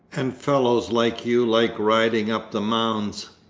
and fellows like you like riding up the mounds.